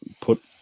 put